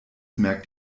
merkt